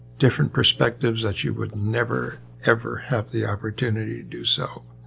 different perspectives that you would never, ever have the opportunity to do so.